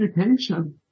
education